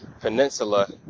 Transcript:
peninsula